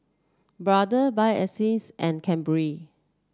Brother Bio Essence and Cadbury